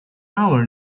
hour